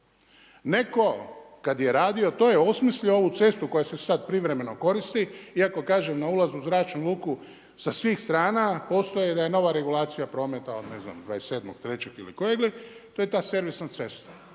Neko kada je radio to je osmislio ovu cestu koja se sada privremeno koristi, iako kažem na ulaz u zračnu luku sa svih strana postoji da je nova regulacija prometa od ne znam 27.3. ili kojeg li, to je ta servisna cesta.